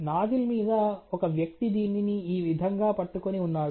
nozzle మీద ఓక వ్యక్తి దీనిని ఈ విధంగా పట్టుకొని ఉన్నాడు